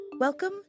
Welcome